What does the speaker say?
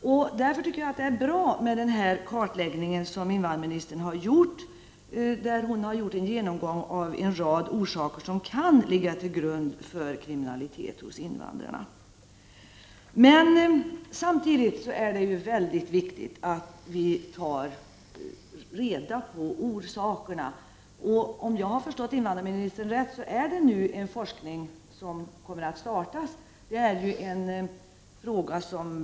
Mot den bakgrunden tycker jag att den kartläggning som invandrarministern har gjort av en rad orsaker som kan ligga till grund för kriminaliteten hos invandrarna är bra. Samtidigt är det dock mycket viktigt att vi tar reda på orsakerna. Om jag har förstått invandrarministern rätt kommer forskning att starta på området.